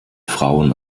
frauen